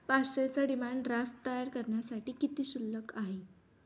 पाचशेचा demand draft तयार करण्यासाठी किती शुल्क आहे?